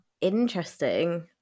Interesting